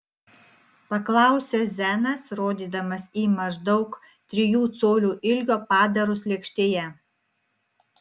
paklausė zenas rodydamas į maždaug trijų colių ilgio padarus lėkštėje